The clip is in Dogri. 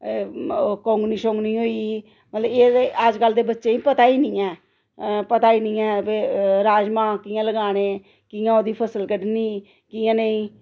ओह् कोङनी शोङनी होई गेई मतलब एह् अज्जकल दे बच्चे गी पता ई नेई ऐ पता ई नेईं ऐ कि राजमा कियां लगाने कि'यां ओह्दी फसल कड्ढनी कियां नेईं